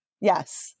Yes